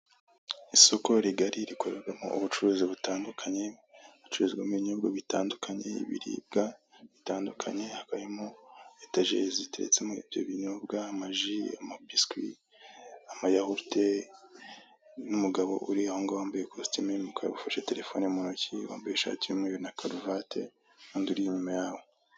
Isoko rigari rikorerwamo ubucuruzi butandukanye, hacururizwamo ibinyobwa bitandukanye, ibiribwa bitandukanye, hakaba harimo etajeri ziteretsemo ibyo binyobwa, amaji, amabiswi, amayawurute, n'umugabo uri aho ngaho wambaye ikositimu y'umukara ufashe terefoni mu ntoki, wambaye ishati y'umweru na karuvati n'undi uri inyuma yaho.